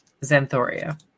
Xanthoria